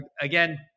again